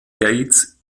gates